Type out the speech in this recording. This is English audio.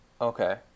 Okay